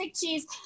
cheese